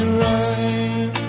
right